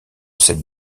cette